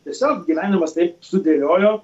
tiesiog gyvenimas taip sudėliojo